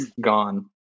gone